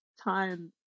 time